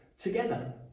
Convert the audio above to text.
Together